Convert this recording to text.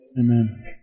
Amen